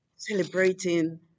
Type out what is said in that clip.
Celebrating